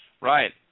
Right